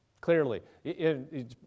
clearly